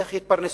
איך יתפרנסו?